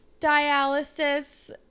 dialysis